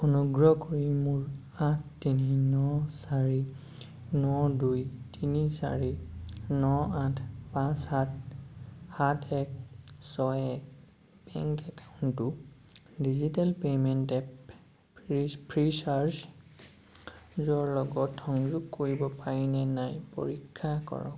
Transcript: অনুগ্ৰহ কৰি মোৰ আঠ তিনি ন চাৰি ন দুই তিনি চাৰি ন আঠ পাঁচ সাত সাত এক ছয় এক বেংক একাউণ্টটো digital payment app free free charge or লগত সংযোগ কৰিব পাৰিনে নাই পৰীক্ষা কৰক